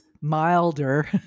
milder